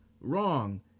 wrong